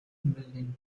building